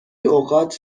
اوقات